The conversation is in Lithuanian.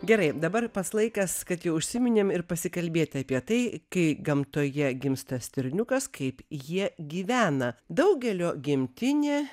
gerai dabar pats laikas kad jau užsiminėm ir pasikalbėti apie tai kai gamtoje gimsta stirniukas kaip jie gyvena daugelio gimtinė